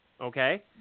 Okay